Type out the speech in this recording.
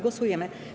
Głosujemy.